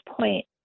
point